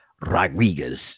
rodriguez